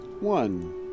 One